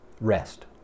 Rest